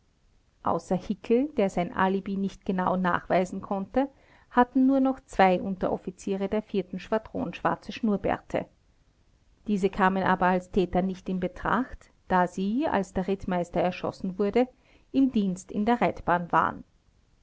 außer hickel der sein alibi nicht genau nachweisen konnte hatten nur noch zwei unteroffiziere der vierten schwadron schwarze schnurrbärte diese kamen aber als täter nicht in betracht da sie als der rittmeister erschossen wurde im dienst in der reitbahn waren